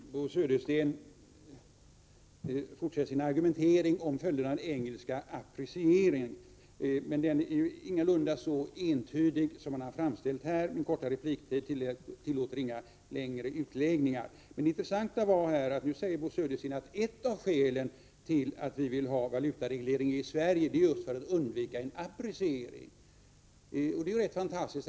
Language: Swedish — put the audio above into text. Herr talman! Bo Södersten fortsätter sin argumentering om följderna av den engelska apprecieringen. Men den är ingalunda så entydig som man har framställt den här. Min korta repliktid tillåter inga längre utläggningar. Men det intressanta är att Bo Södersten nu säger att ett av skälen till att vi vill ha valutareglering i Sverige är just att vi vill undvika en appreciering. Det är ju rätt fantastiskt.